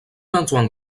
antoine